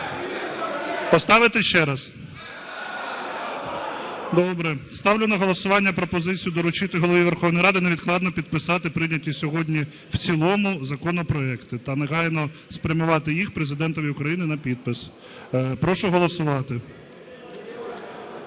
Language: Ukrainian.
Поставити ще раз? Добре. Ставлю на голосування пропозицію доручити Голові Верховної Ради невідкладно підписати прийняті сьогодні в цілому законопроекти та негайно спрямувати їх Президентові України на підпис. Прошу голосувати.